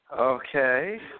Okay